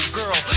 girl